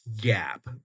gap